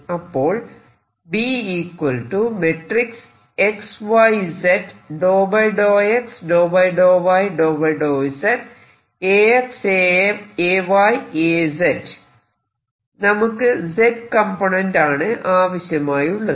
അപ്പോൾ നമുക്ക് Z component ആണ് ആവശ്യമായുള്ളത്